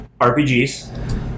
RPGs